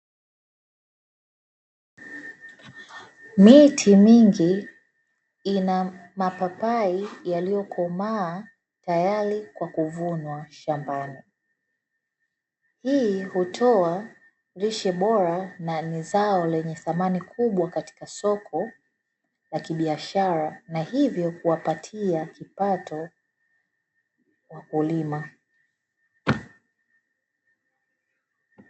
Miti mingi ina mapapai yaliyokomaa tayari kwa kuvunwa shambani. Hii hutoa lishe bora na ni zao lenye thamani kubwa katika soko la kibiashara na hivyo kuwapatia kipato wakulima.